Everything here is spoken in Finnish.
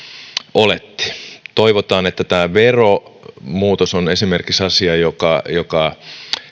oletti toivotaan että esimerkiksi tämä veromuutos on asia joka joka